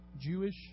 Jewish